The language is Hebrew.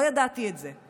לא ידעתי את זה.